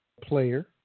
player